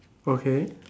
okay